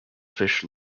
fish